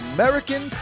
American